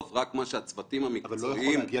לא יכולה להגיע